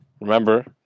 remember